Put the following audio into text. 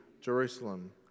Jerusalem